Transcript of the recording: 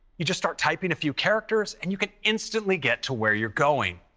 you just start typing a few characters, and you can instantly get to where you're going.